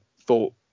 thought